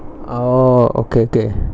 oh okay okay